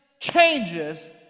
changes